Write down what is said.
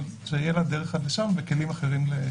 אבל זה יהיה בדרך חדשה לשיח השוטף.